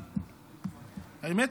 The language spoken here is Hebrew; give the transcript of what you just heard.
האמת,